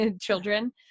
Children